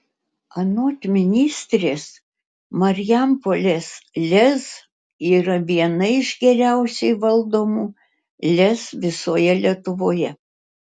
anot ministrės marijampolės lez yra viena iš geriausiai valdomų lez visoje lietuvoje